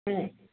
ಹ್ಞೂ